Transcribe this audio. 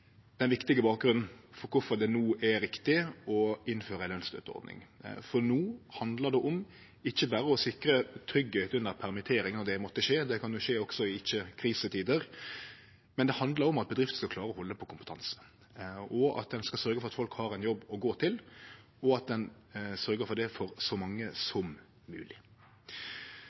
den viktige bakgrunnen for kvifor det no er riktig å innføre ei lønsstøtteordning. No handlar det ikkje berre om å sikre tryggleik under permittering når det måtte skje – det kan jo skje også i ikkje-krisetider – det handlar om at bedrifter skal klare å halde på kompetanse, at ein skal sørgje for at folk har ein jobb å gå til, og at ein sørgjer for det for så mange som